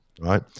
right